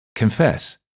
confess